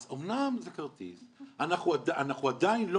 אז אמנם זה כרטיס, אנחנו עדיין לא